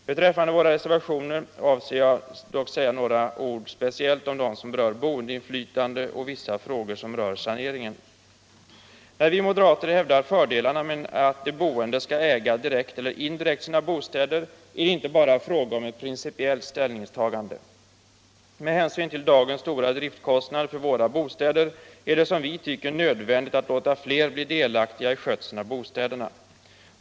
Beträffande övriga reservationer avser jag dock att säga några ord speciellt om dem som berör boendeinflytande och vissa frågor rörande sanering. När vi moderater hävdar fördelarna med att de boende skall äga, direkt eller indirekt, sina bostäder är det inte bara fråga om ett principiellt ställningstagande. Med hänsyn till dagens stora driftkostnader för våra bostäder är det som vi tycker nödvändigt att låta fler bli delaktiga i skötseln av bostäderna.